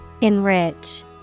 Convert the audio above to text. Enrich